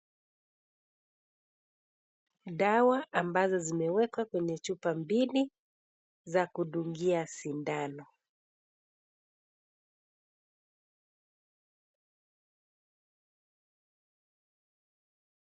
Dawa ambazo zimewekwa kwenye chupa mbili, za kudungia sindano.